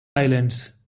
islands